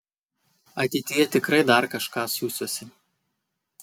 ateityje tikrai dar kažką siųsiuosi